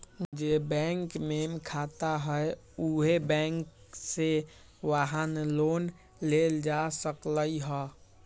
जे बैंक में खाता हए उहे बैंक से वाहन लोन लेल जा सकलई ह